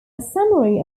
summary